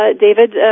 David